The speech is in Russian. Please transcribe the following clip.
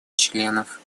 членов